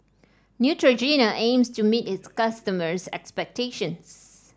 Neutrogena aims to meet its customers' expectations